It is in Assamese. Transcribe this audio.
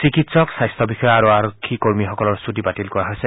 চিকিৎসক স্বাস্থ্য বিষয়া আৰু আৰক্ষী কৰ্মীসকলৰ ছুটী বাতিল কৰা হৈছে